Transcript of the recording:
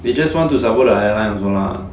they just want to sabo the airline also lah